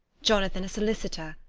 jonathan a solicitor,